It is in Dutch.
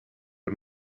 het